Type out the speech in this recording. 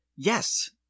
Yes